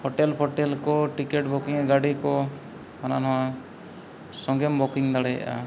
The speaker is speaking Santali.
ᱦᱳᱴᱮᱞ ᱯᱚᱴᱮᱞ ᱠᱚ ᱴᱤᱠᱮᱴ ᱵᱩᱠᱤᱝ ᱜᱟᱹᱰᱤ ᱠᱚ ᱦᱟᱱᱟ ᱱᱟᱣᱟ ᱥᱚᱸᱜᱮᱢ ᱵᱩᱠᱤᱝ ᱫᱟᱲᱮᱭᱟᱜᱼᱟ